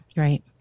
right